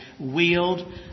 wield